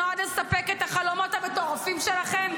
נועד לספק את החלומות המטורפים שלכם?